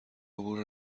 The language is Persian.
عبور